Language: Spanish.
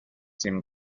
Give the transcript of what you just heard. sin